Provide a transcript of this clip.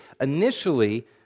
initially